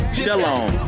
shalom